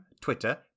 Twitter